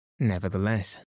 Nevertheless